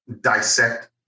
dissect